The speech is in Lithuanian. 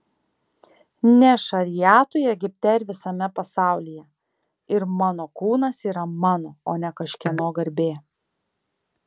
ne šariatui egipte ir visame pasaulyje ir mano kūnas yra mano o ne kažkieno garbė